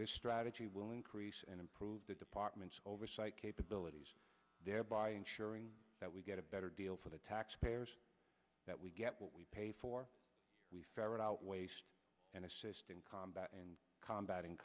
this strategy will increase and improve the department's oversight capabilities thereby ensuring that we get a better deal for the taxpayers that we get what we pay for we ferret out waste and assist in combat and combat in